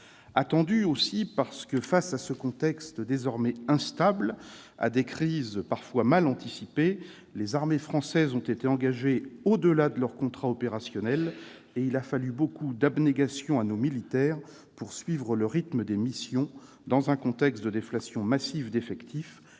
Attendue aussi, parce que, face à ce contexte désormais instable et à des crises parfois mal anticipées, les armées françaises ont été engagées au-delà de leurs contrats opérationnels, et il a fallu beaucoup d'abnégation à nos militaires pour suivre le rythme des missions dans un contexte de déflation massive d'effectifs